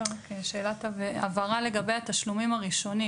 שאלת הבהרה לגבי התשלומים הראשונים.